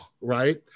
right